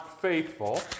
Faithful